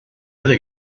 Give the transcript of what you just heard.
other